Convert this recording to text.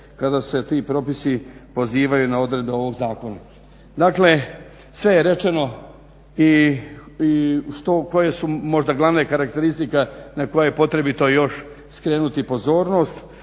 kad se ti propisi pozivaju na odredbe ovog zakona. Dakle, sve je rečeno i koje su možda glavne karakteristike na koje je potrebito još skrenuti pozornost.